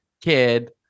kid